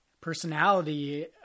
personality